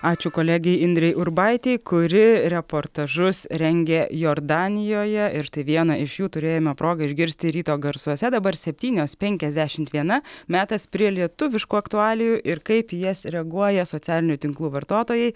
ačiū kolegei indrei urbaitei kuri reportažus rengė jordanijoje ir tai vieną iš jų turėjome progą išgirsti ryto garsuose dabar septynios penkiasdešimt viena metas prie lietuviškų aktualijų ir kaip į jas reaguoja socialinių tinklų vartotojai